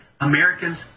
Americans